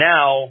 Now